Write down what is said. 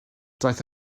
daeth